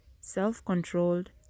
self-controlled